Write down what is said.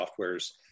softwares